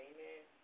Amen